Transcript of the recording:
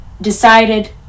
decided